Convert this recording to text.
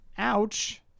ouch